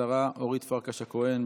השרה אורית פרקש הכהן,